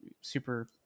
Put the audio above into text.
super